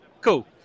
cool